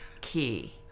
key